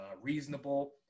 reasonable